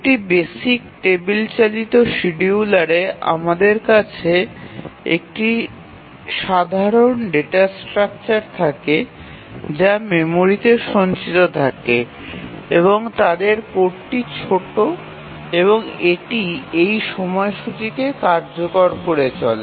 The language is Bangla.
একটি বেসিক টেবিল চালিত শিডিয়ুলারে আমাদের কাছে একটি সাধারণ ডেটা স্ট্রাকচার থাকে যা মেমরিতে সঞ্চিত থাকে এবং তাদের কোডটি ছোট এবং এটি এই সময়সূচীকে কার্যকর করে চলে